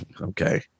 okay